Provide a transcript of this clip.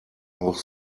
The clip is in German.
auch